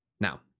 Now